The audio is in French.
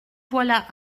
voilà